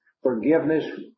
Forgiveness